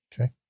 Okay